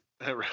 Right